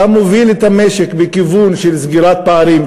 אתה מוביל את המשק בכיוון של סגירת פערים,